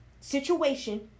situation